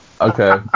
Okay